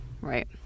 Right